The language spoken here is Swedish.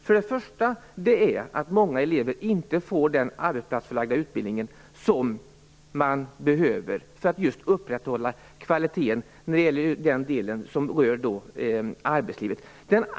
För det första får många elever inte den arbetsplatsförlagda utbildning som behövs för att upprätthålla kvaliteten i den del av utbildningen som rör arbetslivet.